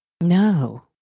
No